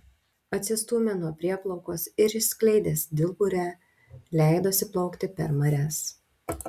atsistūmė nuo prieplaukos ir išskleidęs didburę leidosi plaukti per marias